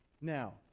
Now